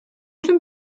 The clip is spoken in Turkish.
tüm